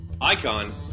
Icon